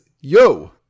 yo